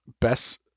Best